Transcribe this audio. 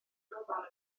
gofal